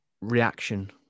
reaction